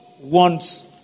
wants